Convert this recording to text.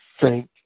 thank